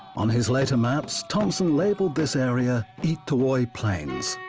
on his later maps, thompson labeled this area eetowoy plains.